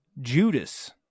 Judas